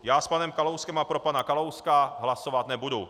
Já s panem Kalouskem a pro pana Kalouska hlasovat nebudu.